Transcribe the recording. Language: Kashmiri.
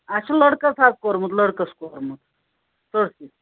اَسہِ چھُ لٔڑکَس حظ کوٚرمُت لٔڑکَس کوٚرمُت سٲتھی